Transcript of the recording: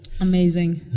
Amazing